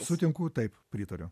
sutinku taip pritariu